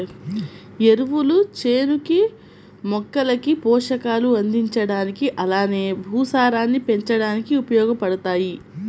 ఎరువులు చేనుకి, మొక్కలకి పోషకాలు అందించడానికి అలానే భూసారాన్ని పెంచడానికి ఉపయోగబడతాయి